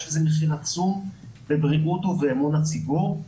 יש לזה מחיר עצום בבריאות ובאמון הציבור.